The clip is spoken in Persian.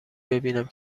ببینم